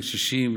לקשישים,